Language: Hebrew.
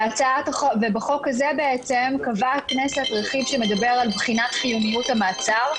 בחוק הזה קבעה הכנסת רכיב שמדבר על בחינת חיוניות המעצר,